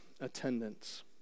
attendance